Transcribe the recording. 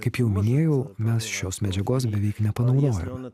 kaip jau minėjau mes šios medžiagos beveik nepanaudojome